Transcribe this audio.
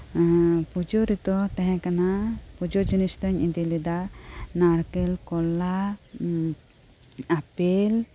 ᱯᱩᱡᱟᱹ ᱨᱮᱫᱚ ᱛᱟᱦᱮᱸ ᱠᱟᱱᱟ ᱯᱩᱡᱟᱹ ᱡᱤᱱᱤᱥ ᱫᱚᱧ ᱤᱫᱤᱞᱮᱫᱟ ᱱᱟᱲᱠᱮᱞ ᱠᱚᱞᱟ ᱟᱯᱮᱞ